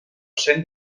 cent